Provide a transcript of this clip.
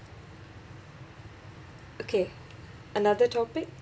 okay another topic